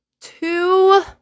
two